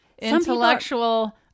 Intellectual